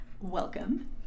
welcome